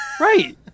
Right